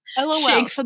LOL